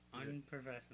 Unprofessional